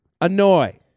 annoy